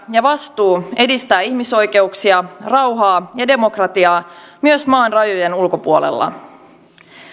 ja vastuu edistää ihmisoikeuksia rauhaa ja demokratiaa myös maan rajojen ulkopuolella